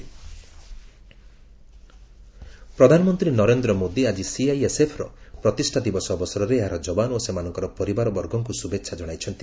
CISF raising day ପ୍ରଧାନମନ୍ତ୍ରୀ ନରେନ୍ଦ୍ର ମୋଦୀ ଆଜି ସିଆଇଏସ୍ଏଫ୍ର ପ୍ରତିଷ୍ଠାଦିବସ ଅବସରରେ ଏହାର ଯବାନ ଓ ସେମାନଙ୍କର ପରିବାରବର୍ଗଙ୍କୁ ଶୁଭେଚ୍ଛା ଜଣାଇଛନ୍ତି